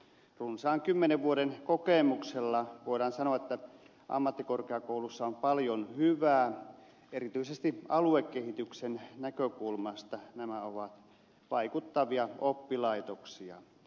runsaan kymmenen vuoden kokemuksella voidaan sanoa että ammattikorkeakoulussa on paljon hyvää erityisesti aluekehityksen näkökulmasta nämä ovat vaikuttavia oppilaitoksia